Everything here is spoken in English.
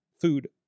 food